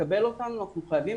לקבל אותנו אנחנו חייבים,